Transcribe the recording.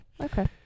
Okay